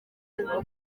abibonamo